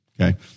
Okay